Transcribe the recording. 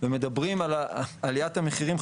ומדברים על עליית המחירים,